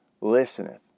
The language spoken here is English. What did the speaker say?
listeneth